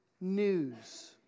news